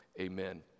amen